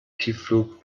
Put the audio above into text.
tiefflug